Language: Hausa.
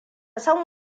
san